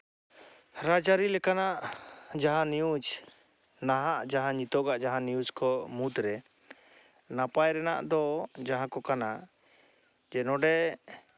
ᱨᱟᱡᱼᱟᱨᱤ ᱞᱮᱠᱟᱱᱟᱜ ᱡᱟᱸᱦᱟ ᱱᱤᱭᱩᱡ ᱱᱟᱦᱟᱜ ᱡᱟᱦᱟᱸ ᱱᱤᱛᱳᱜᱟᱜ ᱡᱟᱦᱟᱸ ᱱᱤᱭᱩᱡ ᱠᱚ ᱢᱩᱫᱨᱮ ᱱᱟᱯᱟᱭ ᱨᱮᱱᱟᱜ ᱫᱚ ᱡᱟᱦᱟᱸᱠᱚ ᱠᱟᱱᱟ ᱡᱮ ᱱᱚᱸᱰᱮ